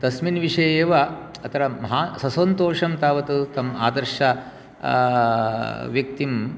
तस्मिन् विषये एव अत्र महाससन्तोषं तावत् तम् आदर्श व्यक्तिं